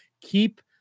Keep